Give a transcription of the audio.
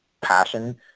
passion